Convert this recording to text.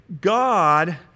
God